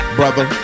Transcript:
brother